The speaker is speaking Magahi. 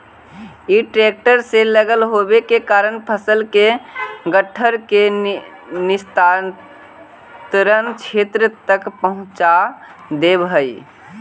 इ ट्रेक्टर से लगल होव के कारण फसल के घट्ठर के निस्तारण क्षेत्र तक पहुँचा देवऽ हई